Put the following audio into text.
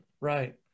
Right